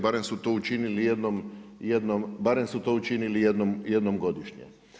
Barem su to učinili jednom, barem su to učinili jednom godišnje.